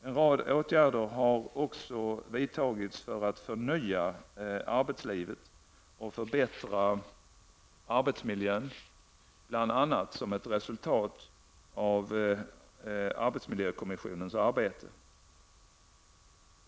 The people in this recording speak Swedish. En rad åtgärder har också vidtagits för att förnya arbetslivet och förbättra arbetsmiljön bl.a. som ett resultat av arbetsmiljökommissionens arbete.